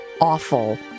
awful